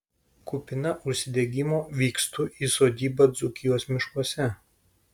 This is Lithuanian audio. kupina užsidegimo vykstu į sodybą dzūkijos miškuose